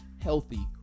healthy